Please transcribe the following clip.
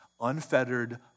Unfettered